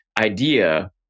idea